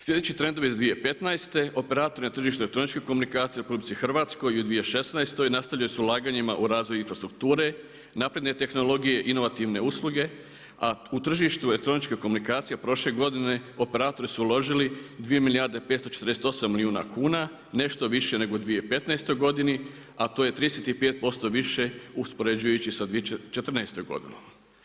Sljedeći trendove iz 2015. operatori na tržištu elektroničkih komunikacija u RH i u 2016. nastavljaju s ulaganjima u razvoj infrastrukture, napredne tehnologije, inovativne usluge, a u tržištu elektroničkih komunikacija prošle godine operatori su uložili 2 milijarde 548 milijuna kuna, nešto više nego u 2015. godini, a to je 35% više uspoređujući sa 2014. godinom.